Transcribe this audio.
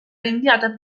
rinviata